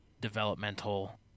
developmental